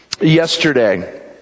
Yesterday